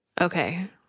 okay